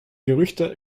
gerüchte